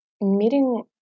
meeting